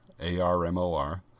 A-R-M-O-R